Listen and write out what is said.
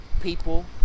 people